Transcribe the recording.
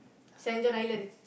Saint-John Island